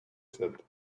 said